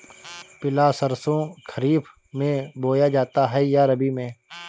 पिला सरसो खरीफ में बोया जाता है या रबी में?